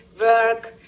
work